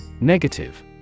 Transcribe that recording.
Negative